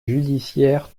judiciaire